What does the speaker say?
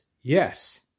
yes